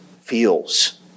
feels